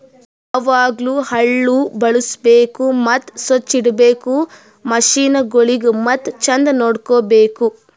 ಯಾವಾಗ್ಲೂ ಹಳ್ಳು ಬಳುಸ್ಬೇಕು ಮತ್ತ ಸೊಚ್ಚ್ ಇಡಬೇಕು ಮಷೀನಗೊಳಿಗ್ ಮತ್ತ ಚಂದ್ ನೋಡ್ಕೋ ಬೇಕು